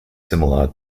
similar